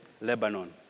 Lebanon